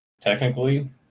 technically